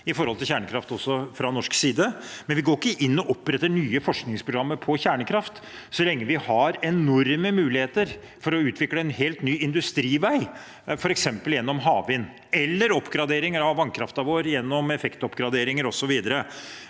det gjelder kjernekraft, men vi går ikke inn og oppretter nye forskningsprogrammer på kjernekraft så lenge vi har enorme muligheter for å utvikle en helt ny industrivei, f.eks. gjennom havvind eller oppgradering av vannkraften vår, gjennom effektoppgraderinger osv.,